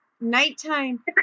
Nighttime